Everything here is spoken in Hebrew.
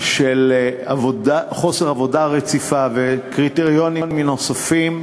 של חוסר עבודה רציפה וקריטריונים נוספים,